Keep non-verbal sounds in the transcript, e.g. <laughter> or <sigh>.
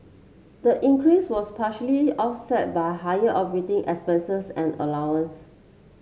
the increase was partly offset by higher <unintelligible> expenses and allowances